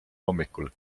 hommikul